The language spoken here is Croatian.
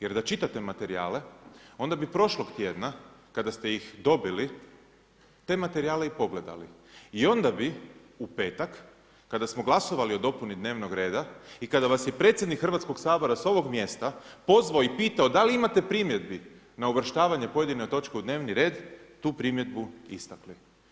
Jer da čitate materijale, onda bi prošlog tjedna kada ste ih dobili te materijale i dobili i onda bi u petak kada smo glasovali o dopuni dnevnog reda i kada vas je predsjednik Hrvatskog sabora s ovog mjesta pozvao i pitao da li imate primjedbi na uvrštavanje pojedine točke u dnevni red, tu primjedbi istakli.